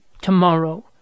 tomorrow